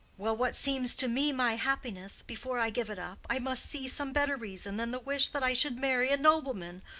well, what seems to me my happiness before i give it up, i must see some better reason than the wish that i should marry a nobleman,